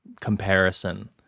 comparison